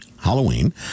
Halloween